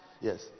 Yes